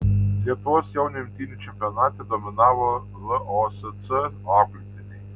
lietuvos jaunių imtynių čempionate dominavo losc auklėtiniai